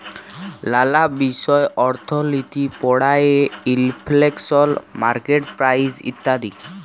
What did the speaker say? লালা বিষয় অর্থলিতি পড়ায়ে ইলফ্লেশল, মার্কেট প্রাইস ইত্যাদি